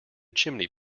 chimney